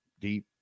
deep